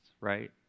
right